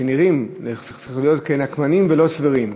שנראים זה צריך להיות, כנקמניים ולא סבירים,